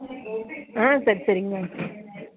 ஆ சரி சரிங்க மேம்